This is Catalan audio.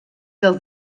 del